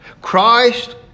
Christ